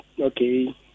Okay